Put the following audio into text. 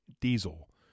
diesel